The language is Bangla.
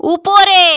উপরে